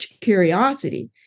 curiosity